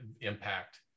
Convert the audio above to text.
impact